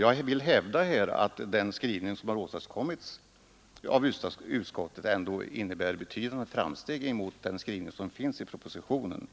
Jag vill hävda att den skrivning som har åstadkommits av utskottet ändå innebär betydande framsteg jämfört med den skrivning som finns i propositionen.